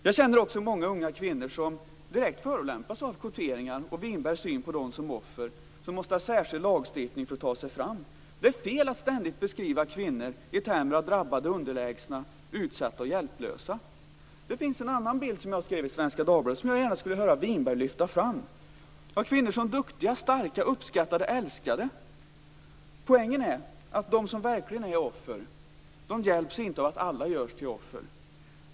Jag känner också många unga kvinnor som direkt förolämpas av kvoteringar och Winbergs syn på dem som offer som måste ha särskild lagstiftning för att ta sig fram. Det är fel att ständigt beskriva kvinnor i termer av drabbade, underlägsna, utsatta och hjälplösa. Det finns en annan bild, som jag beskrev i Svenska Dagbladet och som jag gärna skulle höra Winberg lyfta fram, av kvinnor som duktiga, starka, uppskattade och älskade. Poängen är att de som verkligen är offer hjälps inte av att alla görs till offer.